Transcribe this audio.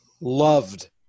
loved